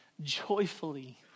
Joyfully